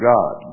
God